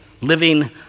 living